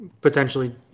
potentially